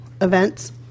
events